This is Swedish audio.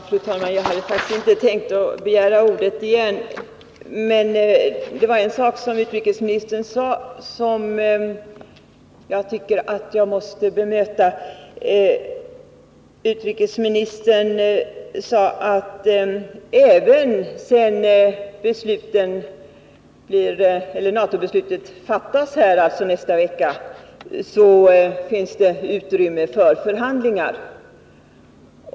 Fru talman! Jag hade faktiskt inte tänkt begära ordet, men utrikesministern sade något som jag tycker att jag måste bemöta. Utrikesministern sade att det även sedan NATO-beslutet fattats nästa vecka finns utrymme för förhandlingar.